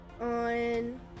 on